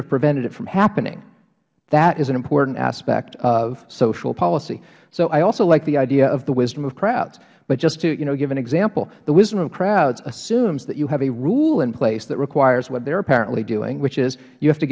have prevented it from happening that's an important aspect of social policy so i also like the idea of the wisdom of crowds just to give an example the wisdom of a crowd assumes that you have a rule in place that requires what they're apparently doing which is you have to